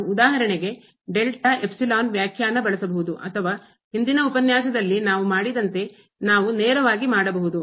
ನಾವು ಉದಾಹರಣೆಗೆ delta epsilon ವ್ಯಾಖ್ಯಾನ ಬಳಸಬಹುದು ಅಥವಾ ಹಿಂದಿನ ಉಪನ್ಯಾಸದಲ್ಲಿ ನಾವು ಮಾಡಿದಂತೆ ನಾವು ನೇರವಾಗಿ ಮಾಡಬಹುದು